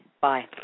Bye